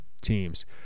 teams